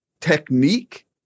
technique